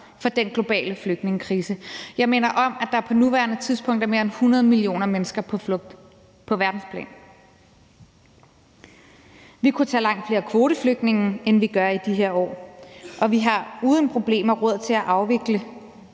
for den globale flygtningekrise. Jeg minder om, at der på nuværende tidspunkt er mere end 100 millioner mennesker på flugt på verdensplan. Vi kunne tage langt flere kvoteflygtninge, end vi gør i de her år, og vi har uden problemer råd til at afvikle